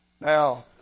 Now